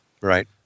Right